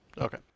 Okay